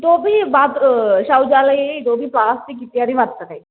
इतोपि बात्रू शौचालये इतोपि प्लास्टिक् इत्यादि वर्तते